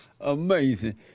Amazing